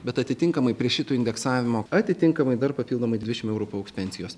bet atitinkamai prie šito indeksavimo atitinkamai dar papildomai dvidešim eurų paaugs pensijos